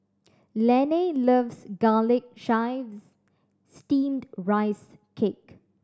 Laney loves Garlic Chives Steamed Rice Cake